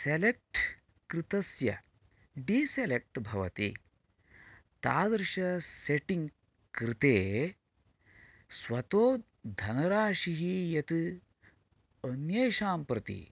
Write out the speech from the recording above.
select कृतस्य deselect भवति तादृश सेटिङ्ग् कृते स्वतोद्ध्नराशिः यत् अन्येषां प्रति